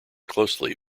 closely